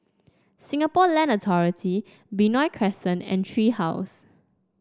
Singapore Land Authority Benoi Crescent and Tree House